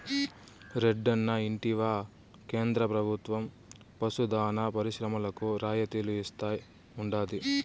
రెడ్డన్నా ఇంటివా కేంద్ర ప్రభుత్వం పశు దాణా పరిశ్రమలకు రాయితీలు ఇస్తా ఉండాది